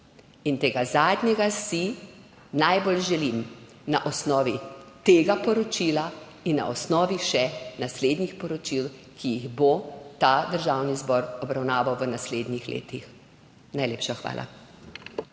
Tega zadnjega si najbolj želim na osnovi tega poročila in na osnovi še naslednjih poročil, ki jih bo Državni zbor obravnaval v naslednjih letih. Najlepša hvala.